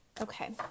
Okay